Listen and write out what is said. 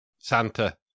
Santa